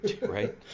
right